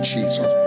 Jesus